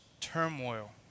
turmoil